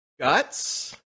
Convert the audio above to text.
guts